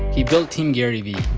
he built team garyvee.